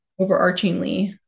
overarchingly